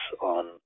on